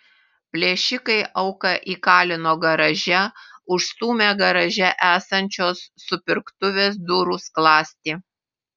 plėšikai auką įkalino garaže užstūmę garaže esančios supirktuvės durų skląstį